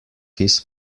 his